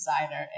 designer